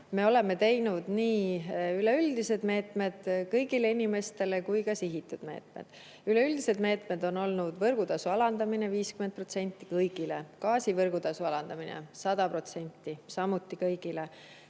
me oleme teinud nii üleüldised meetmed kõigile inimestele kui ka sihitud meetmed. Üleüldised meetmed on olnud võrgutasu alandamine 50% kõigile, gaasi puhul võrgutasu alandamine 100% samuti kõigile.